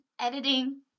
editing